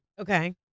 Okay